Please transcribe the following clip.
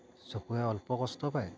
চকুৱে অল্প কষ্ট পায়